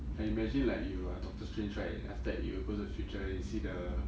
and imagine like you are doctor strange right after that you go to the future already you see the